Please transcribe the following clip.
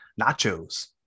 Nachos